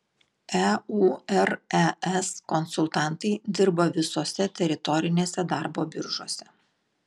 eures konsultantai dirba visose teritorinėse darbo biržose